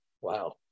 Wow